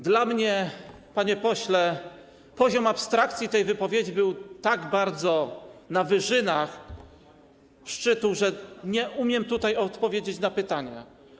Dla mnie, panie pośle, poziom abstrakcji tej wypowiedzi był tak bardzo na wyżynach szczytu, że nie umiem tutaj odpowiedzieć na pytania.